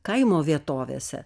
kaimo vietovėse